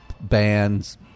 Bands